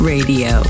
Radio